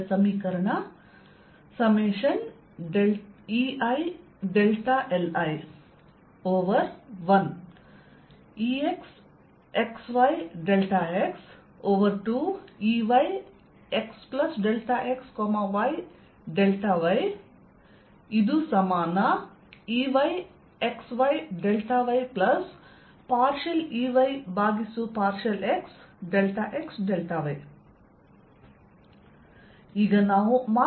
Eili Over 1 ExXYX Over 2 EYXX YYEYXYyEY∂XXY ಈಗ ನಾವು ಮಾರ್ಗ ಸಂಖ್ಯೆ 3 ಕ್ಕೆ ಹೋಗೋಣ